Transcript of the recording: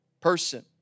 person